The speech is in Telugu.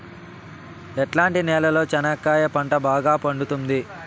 ఎట్లాంటి నేలలో చెనక్కాయ పంట బాగా పండుతుంది?